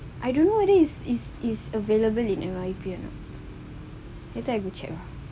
I don't know whether is is available in N_Y_P or not later I go check